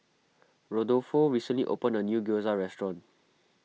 Rodolfo recently opened a new Gyoza restaurant